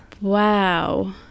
Wow